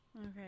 Okay